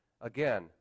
Again